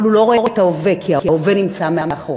אבל הוא לא רואה את ההווה, כי ההווה נמצא מאחוריו.